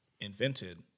invented